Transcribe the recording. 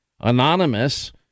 anonymous